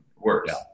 works